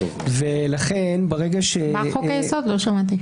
ולכן ברגע --- לא שמעתי.